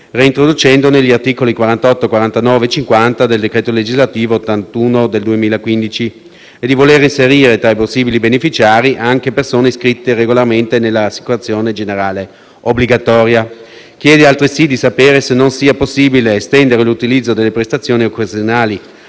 reintroducendo gli articoli 48, 49 e 50 del decreto legislativo n. 81 del 2015, e di voler inserire tra i possibili beneficiari anche persone iscritte regolarmente nell'assicurazione generale obbligatoria. Si chiede altresì di sapere se non sia possibile estendere l'utilizzo delle prestazioni occasionali